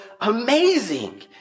amazing